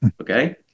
okay